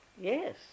yes